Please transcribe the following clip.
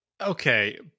Okay